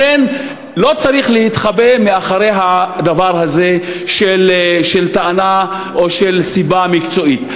לכן לא צריך להתחבא מאחורי הדבר הזה של טענה או סיבה מקצועית.